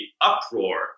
uproar